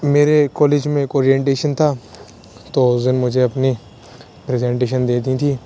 میرے کالج میں ایک اورینٹیشن تھا تو اس دن مجھے اپنی پریزنٹیشن دینی تھی